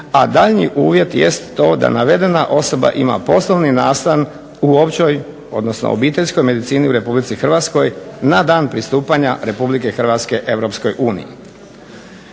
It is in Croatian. a daljnji uvjet jest to da navedena osoba ima poslovni nastan u općoj, odnosno obiteljskoj medicini u Republici Hrvatskoj na dan pristupanja Republike Hrvatske